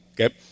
okay